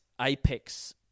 apex